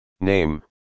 Name